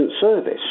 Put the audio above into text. service